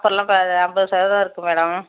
ஆஃபரெல்லாம் ஐம்பது சதவீதம் இருக்குது மேடம்